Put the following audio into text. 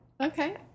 Okay